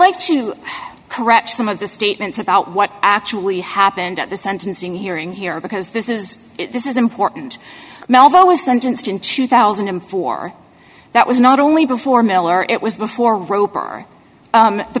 like to correct some of the statements about what actually happened at the sentencing hearing here because this is this is important melville was sentenced in two thousand and four that was not only before miller it was before